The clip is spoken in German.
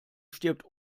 stirbt